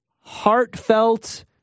heartfelt